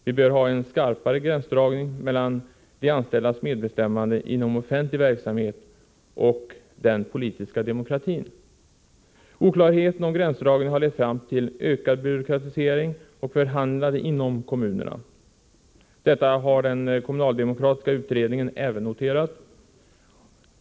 Vi bör ha en skarpare gränsdragning mellan de anställdas medbestämmande inom offentlig verksamhet och den politiska demokratin. Oklarheten om gränsdragningen har lett fram till ökad byråkratisering och ökat förhandlande inom kommunerna. Detta har den kommunaldemokratiska utredningen även noterat.